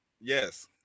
Yes